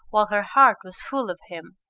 while her heart was full of him.